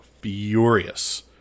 furious